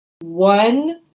one